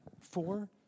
four